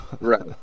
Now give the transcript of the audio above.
right